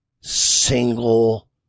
single